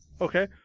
Okay